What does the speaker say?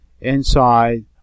inside